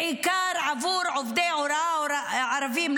בעיקר עבור עובדי הוראה ערבים,